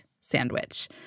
sandwich